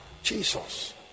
Jesus